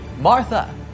Martha